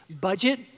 Budget